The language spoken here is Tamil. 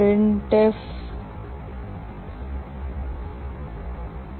பிரிண்ட் குறியீடால் pc